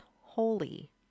holy